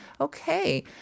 Okay